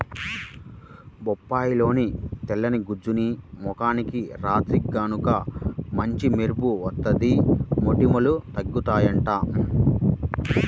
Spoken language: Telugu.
బొప్పాయిలోని తెల్లని గుజ్జుని ముఖానికి రాత్తే గనక మంచి మెరుపు వత్తది, మొటిమలూ తగ్గుతయ్యంట